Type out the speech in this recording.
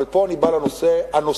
אבל פה אני בא לנושא הנוסף,